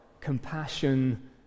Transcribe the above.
compassion